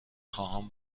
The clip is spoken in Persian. خواهم